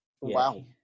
Wow